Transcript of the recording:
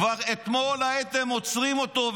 כבר אתמול הייתם עוצרים אותו,